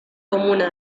comuna